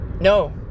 no